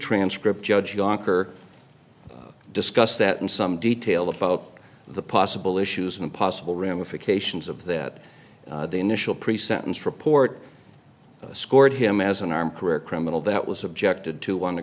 transcript judge yonkers discuss that in some detail about the possible issues and possible ramifications of that the initial pre sentence report scored him as an armed career criminal that was subjected to on the